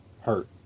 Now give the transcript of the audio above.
hurt